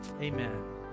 Amen